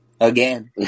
Again